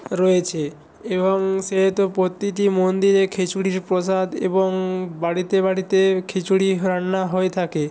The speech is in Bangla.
রয়েছে এবং সে তো প্রতিটি মন্দিরে খিচুড়ির প্রসাদ এবং বাড়িতে বাড়িতে খিচুড়ি রান্না হয়ে থাকে